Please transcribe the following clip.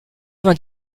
vingt